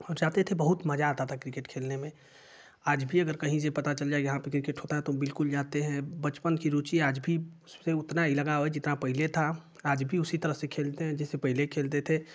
जाते थे बहुत मज़ा आता था क्रिकेट खेलने में आज भी अगर कहीं से पता चल जाए यहाँ पर क्रिकेट होता है तो हम बिल्कुल जाते हैं बचपन की रुचि से आज भी उतना ही लगाव है जितना पहले था आज भी उसी तरह से खेलते हैं जैसे पहले खेलते थे